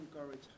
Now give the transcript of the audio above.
encourage